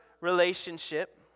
relationship